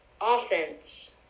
offense